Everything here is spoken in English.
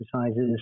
exercises